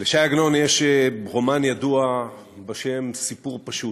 לש"י עגנון יש רומן ידוע בשם "סיפור פשוט".